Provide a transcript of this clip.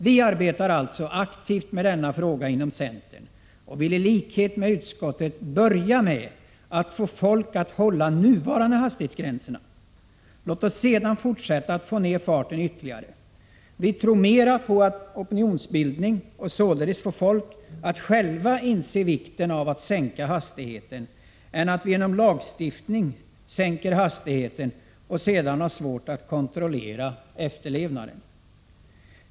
Vi arbetar alltså aktivt med denna fråga inom centern och vill i likhet med utskottet börja med att förmå bilförarna att följa nuvarande hastighetsbestämmelser. Låt oss sedan fortsätta att få ned farten ytterligare. Vi tror mer på opinionsbildning och att således få bilförarna att själva inse vikten av att sänka hastigheten än att genom lagstiftning sänka hastighetsgränserna och sedan ha svårt att kontrollera efterlevnaden av en sådan lag.